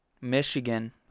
Michigan